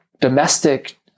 domestic